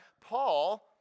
Paul